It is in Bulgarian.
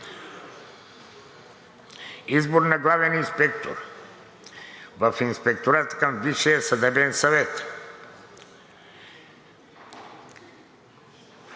Избор на главен инспектор в Инспектората към Висшия съдебен съвет.